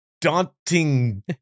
daunting